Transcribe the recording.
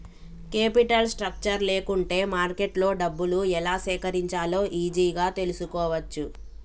capital structure లేకుంటే మార్కెట్లో డబ్బులు ఎలా సేకరించాలో ఈజీగా తెల్సుకోవచ్చు